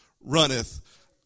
runneth